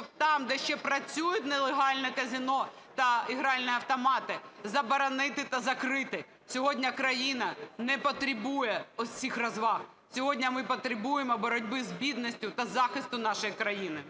щоб там, де ще працюють нелегальні казино та гральні автомати, заборонити та закрити. Сьогодні країна не потребує оцих розваг. Сьогодні ми потребуємо боротьби з бідністю та захисту нашої країни.